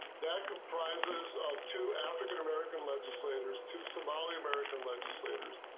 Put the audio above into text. that comprises of two african-american legislators to somali american legislators.